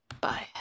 Bye